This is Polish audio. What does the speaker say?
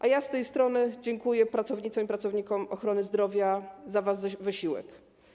A ja z tej strony dziękuję pracownicom i pracownikom ochrony zdrowia za wasz wysiłek.